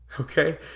Okay